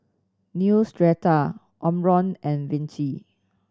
Neostrata Omron and Vichy